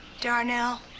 Darnell